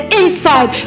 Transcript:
inside